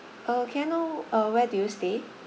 uh can I know uh where do you stay